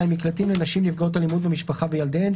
מקלטים לנשים נפגעות אלימות במשפחה וילדיהן.